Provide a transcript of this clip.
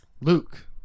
Luke